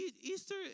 Easter